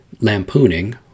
lampooning